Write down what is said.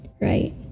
Right